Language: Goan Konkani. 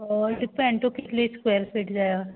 डिपेंड तुका कितली स्केवर फिट जायो